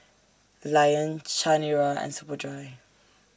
Lion Chanira and Superdry